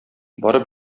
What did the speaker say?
барып